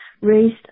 raised